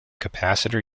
capacitor